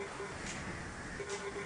מיכל.